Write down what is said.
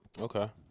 Okay